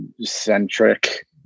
centric